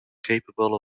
capable